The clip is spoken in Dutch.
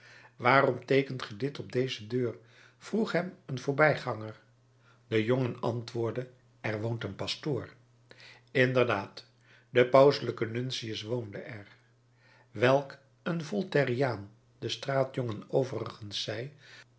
waarom teekent ge dit op deze deur vroeg hem een voorbijganger de jongen antwoordde er woont een pastoor inderdaad de pauselijke nuntius woonde er welk een voltairiaan de straatjongen overigens zij